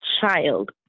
child